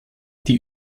die